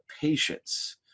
patience